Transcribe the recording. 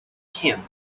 camp